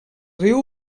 riu